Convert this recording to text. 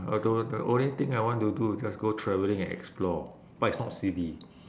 although the only thing I want to do is just go travelling and explore but it's not silly